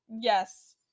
Yes